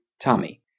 Tommy